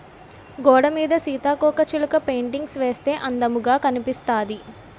గోడలమీద సీతాకోకచిలక పెయింటింగ్స్ వేయిస్తే అందముగా కనిపిస్తాది